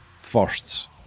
first